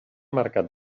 mercat